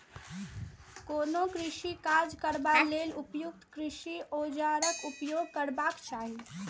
कोनो कृषि काज करबा लेल उपयुक्त कृषि औजारक उपयोग करबाक चाही